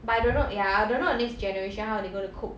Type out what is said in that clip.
but I don't know ya I don't know next generation how they going to cope